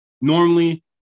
normally